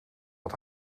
dat